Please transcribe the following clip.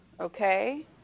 Okay